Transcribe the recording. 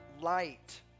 light